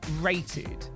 rated